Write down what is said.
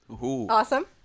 Awesome